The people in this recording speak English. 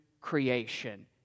creation